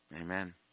Amen